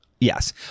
Yes